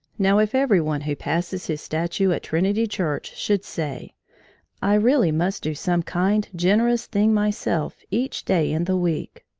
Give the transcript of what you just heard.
now, if every one who passes his statue at trinity church should say i really must do some kind, generous thing myself, each day in the week,